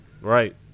right